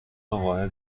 اقاهه